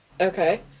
Okay